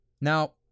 Now